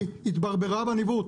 היא התברברה בניווט,